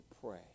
pray